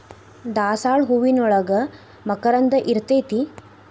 ದಾಸಾಳ ಹೂವಿನೋಳಗ ಮಕರಂದ ಇರ್ತೈತಿ